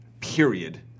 period